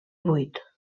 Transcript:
buit